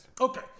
Okay